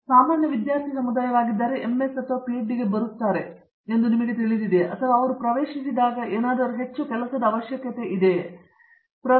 ಅವರು ಸಾಮಾನ್ಯ ವಿದ್ಯಾರ್ಥಿ ಸಮುದಾಯವಾಗಿದ್ದರೆ MS ಅಥವಾ PhD ಗೆ ಬರುತ್ತಾರೆ ಎಂದು ನಿಮಗೆ ತಿಳಿದಿದೆಯೇ ಅಥವಾ ಅವರು ಪ್ರವೇಶಿಸಿದಾಗ ಹೆಚ್ಚು ಕೆಲಸದ ಅವಶ್ಯಕತೆ ಇದೆ ಎಂದು ನೀವು ಭಾವಿಸಿದರೆ